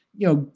you know,